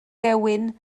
gewyn